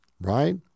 right